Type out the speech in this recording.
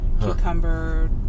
cucumber